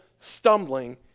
stumbling